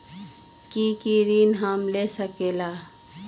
की की ऋण हम ले सकेला?